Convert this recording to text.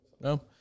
no